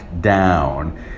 down